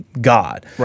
God